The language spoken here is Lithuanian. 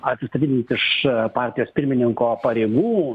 atsistatydinti iš partijos pirmininko pareigų